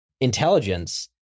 intelligence